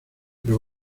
pero